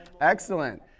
Excellent